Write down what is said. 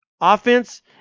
offense